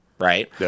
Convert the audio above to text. right